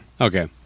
Okay